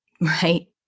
right